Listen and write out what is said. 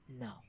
No